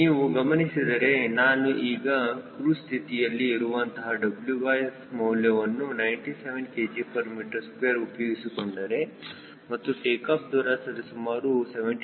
ನೀವು ಗಮನಿಸಿದರೆ ನಾನು ಈಗ ಕ್ರೂಜ್ ಸ್ಥಿತಿಯಲ್ಲಿ ಇರುವಂತಹ WS ಮೌಲ್ಯವನ್ನು 97 kgm2 ಉಪಯೋಗಿಸಿಕೊಂಡರೆ ಮತ್ತು ಟೇಕಾಫ್ ದೂರ ಸರಿಸುಮಾರು 72